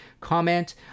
comment